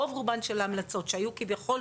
רוב רובן של ההמלצות שהיו כביכול,